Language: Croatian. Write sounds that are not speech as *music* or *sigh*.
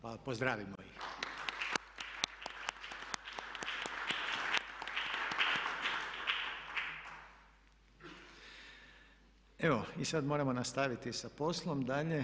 Pa pozdravimo ih. *applause* Evo i sada moramo nastaviti sa poslom dalje.